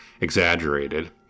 exaggerated